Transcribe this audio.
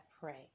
pray